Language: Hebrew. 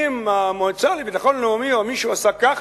אם המועצה לביטחון לאומי או מישהו עשה כך,